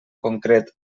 concret